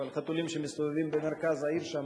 אבל החתולים שמסתובבים במרכז העיר שם,